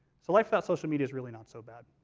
so life without social media is really not so bad.